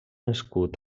escut